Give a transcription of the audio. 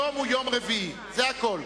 היום יום רביעי, זה הכול.